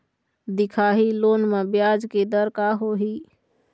दिखाही लोन म ब्याज के दर का होही?